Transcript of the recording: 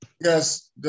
Yes